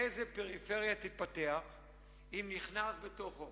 איזו פריפריה תתפתח אם נכנסים בתוכו